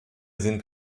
sind